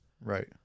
Right